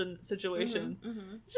situation